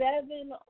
seven